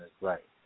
right